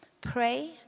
pray